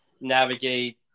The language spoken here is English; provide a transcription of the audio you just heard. navigate